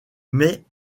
mais